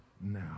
now